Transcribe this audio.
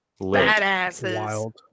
badasses